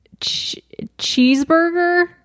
Cheeseburger